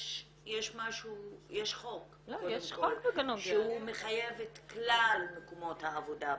שיש חוק שהוא מחייב את כלל מקומות העבודה במדינה.